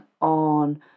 on